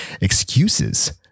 excuses